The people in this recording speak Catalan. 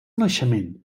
naixement